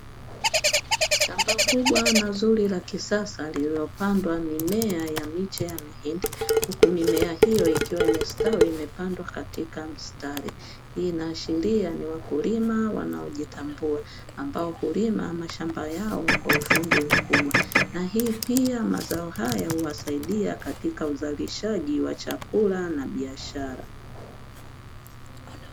Shamba kubwa na zuri la kisada lililopandwa mimea ya miche ya mahindi, huku mimea hiyo ikiwa imestawi imepandwa katika mstari. Inaashiria ni wakulima wanaojitanbua ambao hulima mashamba yao kwa ufundi mkubwa, na hii pia mazao haya huwasaidia katika uzalishaji wa chakula na biashara.